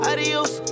Adios